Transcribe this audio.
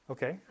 Okay